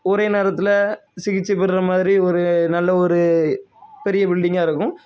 ஒரே நேரத்தில் சிகிச்சை பெறுகிற மாதிரி ஒரு நல்ல ஒரு பெரிய பில்டிங்காக இருக்கும்